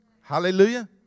Hallelujah